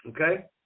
Okay